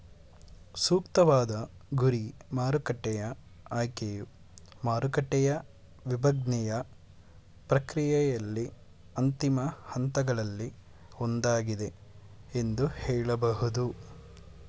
ಸೂಕ್ತವಾದ ಗುರಿ ಮಾರುಕಟ್ಟೆಯ ಆಯ್ಕೆಯು ಮಾರುಕಟ್ಟೆಯ ವಿಭಜ್ನೆಯ ಪ್ರಕ್ರಿಯೆಯಲ್ಲಿ ಅಂತಿಮ ಹಂತಗಳಲ್ಲಿ ಒಂದಾಗಿದೆ ಎಂದು ಹೇಳಬಹುದು